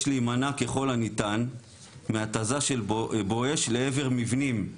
יש להימנע ככל הניתן מהתזה של "בואש" לעבר מבנים.